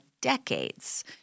decades